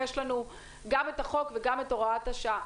יש לנו גם את החוק וגם את הוראת השעה.